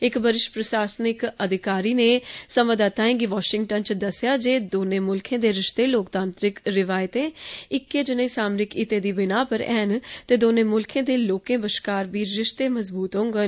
इक वरिष्ठ प्रशासनिक अधिकारी नै संवादाताएं गी वाशिंग्टन च दस्सेआ जे दौनें मुल्खें दे रिश्ते लोकतांत्रिक हित्तें दी बिनाह् पर हैन ते दौनें मुल्खें दे लोकें बश्कार बी रिश्ते मजबूत होंगन